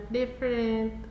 different